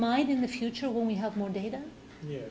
might in the future when we have more data